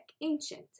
ancient